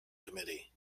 committee